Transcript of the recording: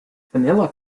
vanilla